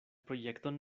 projekton